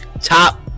top